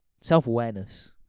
self-awareness